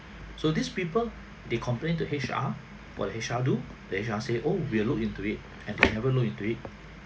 so these people they complain to H_R what will H_R do the H_R say oh we'll look into it and they never look into it